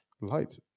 Light